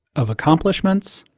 of accomplishments,